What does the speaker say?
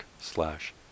slash